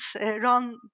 run